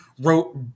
wrote